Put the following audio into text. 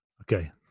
Okay